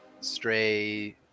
stray